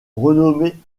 renommée